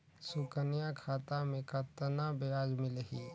सुकन्या खाता मे कतना ब्याज मिलही?